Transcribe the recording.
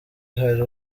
hari